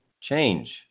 change